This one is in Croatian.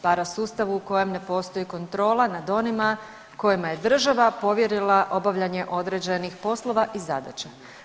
Parasustav u kojem ne postoji kontrola nad onima kojima je država povjerila obavljanje određenih poslova i zadaća.